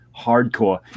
Hardcore